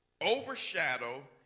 overshadow